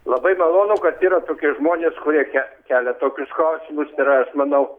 labai malonu kad yra tokie žmonės kurie ke kelia tokius klausimus ir aš manau